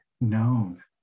known